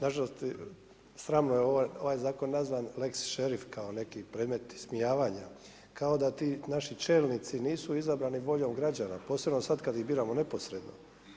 Na žalost sramno je ovaj zakon nazvan lex šerif kao neki predmet ismijavanja kao da ti naši čelnici nisu izabrani voljom građana posebno sad kad ih biramo neposredno.